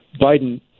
Biden